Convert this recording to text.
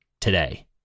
today